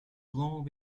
long